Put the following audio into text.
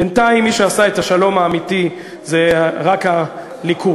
בינתיים מי שעשה את השלום האמיתי זה רק הליכוד,